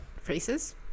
phrases